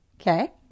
okay